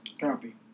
Copy